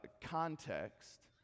context